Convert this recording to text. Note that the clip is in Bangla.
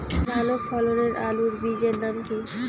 ভালো ফলনের আলুর বীজের নাম কি?